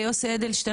יוסי אדלשטיין,